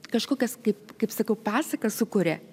kažkokias kaip kaip sakiau pasakas sukuria